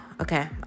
Okay